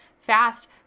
Fast